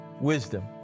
wisdom